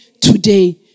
today